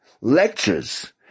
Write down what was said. lectures